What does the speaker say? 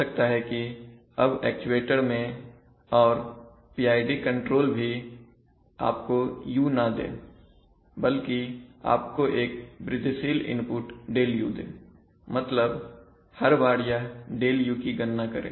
हो सकता है कि अब एक्चुएटर में और PID कंट्रोलर भी आपको u ना दें बल्कि आपको एक वृद्धिशील इनपुट ΔU देमतलब हर बार यह ΔU की गणना करें